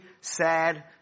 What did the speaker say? sad